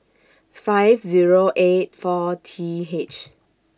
five Zero eight four T H